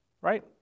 right